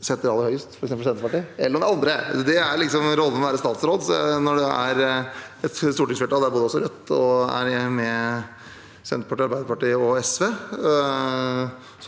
setter aller høyest – f.eks. Senterpartiet – eller om det er andre. Det er liksom rollen ved å være statsråd. Når det er et stortingsflertall der også Rødt er med Senterpartiet, Arbeiderpartiet og SV,